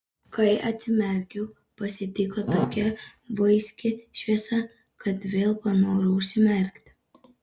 kai atsimerkiau pasitiko tokia vaiski šviesa kad vėl panorau užsimerkti